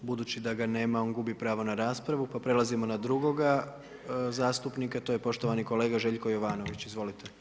Budući da ga nema, on gubi pravo na raspravu pa prelazimo na drugoga zastupnika, to je poštovani kolega Željko Jovanović, izvolite.